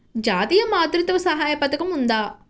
జాతీయ మాతృత్వ సహాయ పథకం ఉందా?